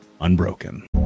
unbroken